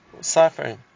suffering